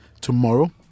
tomorrow